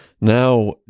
Now